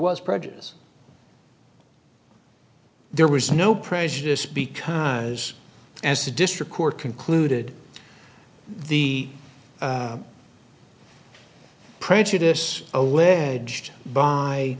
was prejudice there was no prejudice because as the district court concluded the prejudice alleged by